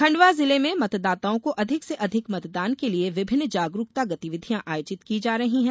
खंडवा जिले में मतदाताओं को अधिक से अधिक मतदान के लिए विभिन्न जागरूकता गतिविधियां आयोजित की जा रही है